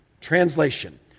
Translation